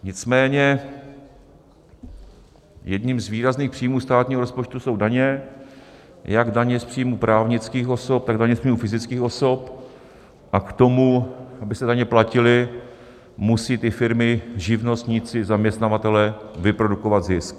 Nicméně jedním z výrazných příjmů státního rozpočtu jsou daně, jak daně z příjmu právnických osob, tak daně z příjmu fyzických osob, a k tomu, aby se daně platily, musí firmy, živnostníci, zaměstnavatelé vyprodukovat zisk.